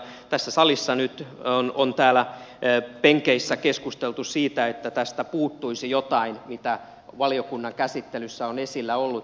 tässä salissa on nyt täällä penkeissä keskusteltu siitä että tästä puuttuisi jotain mitä valiokunnan käsittelyssä on esillä ollut